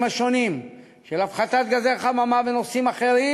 השונים של הפחתת גזי החממה ונושאים אחרים,